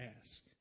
ask